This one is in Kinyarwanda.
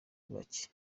bacye